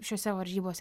šiose varžybose